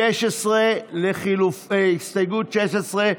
הסתייגות 16,